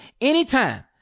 anytime